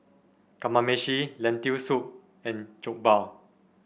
Kamameshi Lentil Soup and Jokbal